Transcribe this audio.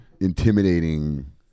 Intimidating